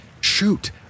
Shoot